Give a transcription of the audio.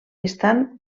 estan